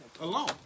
alone